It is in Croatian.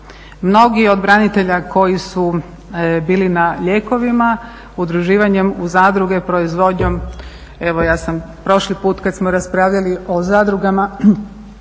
Mnogi od branitelja koji su bili na lijekovima udruživanjem u zadruge, proizvodnjom, evo ja sam prošli put kad smo raspravljali o zadrugama